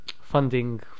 funding